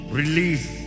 release